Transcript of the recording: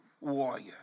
warrior